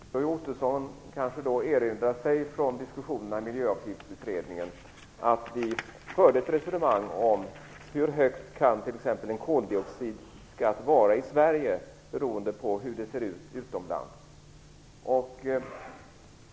Fru talman! Roy Ottosson kanske erinrar sig från diskussionerna i miljöavgiftsutredningen att vi förde ett resonemang om hur hög t.ex. en koldioxidskatt kan vara i Sverige i förhållande till hur det ser ut utomlands.